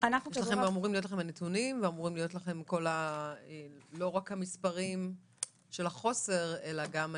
אמורים להיות לכם הנתונים ולא רק המספרים של החוסר אלא אני